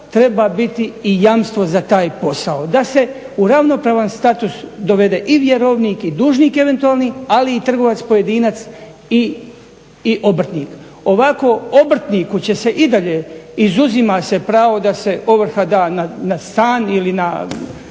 treba biti i jamstvo za taj posao, da se u ravnopravan status dovede i vjerovnik i dužnik eventualni, ali i trgovac pojedinac i obrtnik. Ovako obrtniku će se i dalje izuzima se pravo da se ovrha da na stan ili na